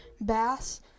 bass